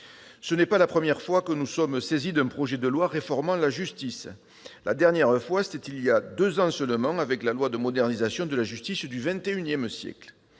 Ce n'est pas la première fois que nous sommes saisis d'un projet de loi visant à réformer la justice. La dernière fois, c'était il y a deux ans seulement, avec la loi de modernisation de la justice du XXI siècle